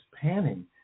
panning